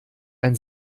ein